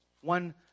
One